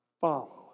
follow